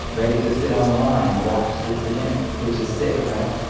ready to sit on the lawn and watch this event, which is sick, right?